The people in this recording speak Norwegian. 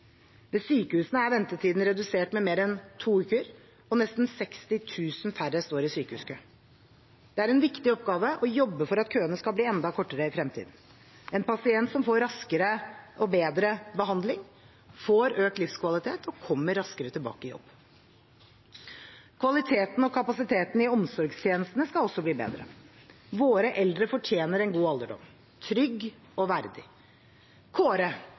Ved sykehusene er ventetiden redusert med mer enn to uker, og nesten 60 000 færre står i sykehuskø. Det er en viktig oppgave å jobbe for at køene skal bli enda kortere i fremtiden. En pasient som får raskere og bedre behandling, får økt livskvalitet og kommer raskere tilbake i jobb. Kvaliteten og kapasiteten i omsorgstjenestene skal også bli bedre. Våre eldre fortjener en god alderdom – trygg og verdig.